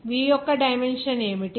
V యొక్క dimension ఏమిటి